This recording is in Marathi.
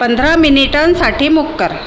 पंधरा मिनिटांसाठी मूक कर